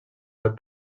web